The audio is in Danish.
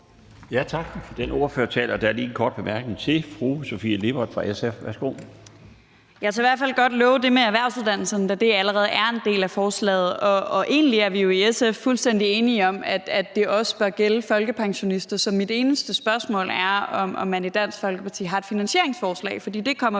Tak for den ordførertale. Der er lige en kort bemærkning til fru Sofie Lippert fra SF. Værsgo. Kl. 17:46 Sofie Lippert (SF): Jeg tør i hvert fald godt komme med et løfte i forhold til erhvervsuddannelserne, da det allerede er en del af forslaget. Egentlig er vi jo i SF fuldstændig enige om, at det også bør gælde folkepensionister. Så mit eneste spørgsmål er, om man i Dansk Folkeparti har et finansieringsforslag, for det kommer